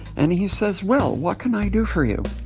and he says, well, what can i do for you?